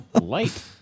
Light